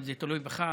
אבל זה תלוי בך.